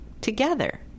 together